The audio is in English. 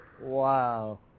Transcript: Wow